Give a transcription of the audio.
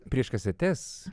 prieš kasetes